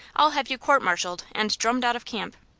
i'll have you court-marshalled and drummed out of camp.